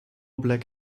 black